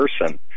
person